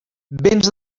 béns